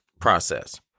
process